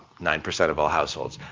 nine percent of all households.